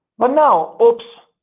but now, oops,